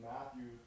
Matthew